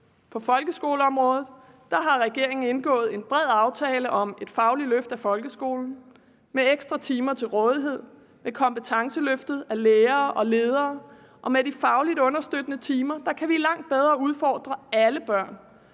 På folkeskoleområdet har regeringen indgået en bred aftale om et fagligt løft af folkeskolen. Med ekstra timer til rådighed, med kompetenceløftet af lærere og ledere og med de fagligt understøttende timer kan vi langt bedre udfordre alle børn